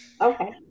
Okay